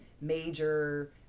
major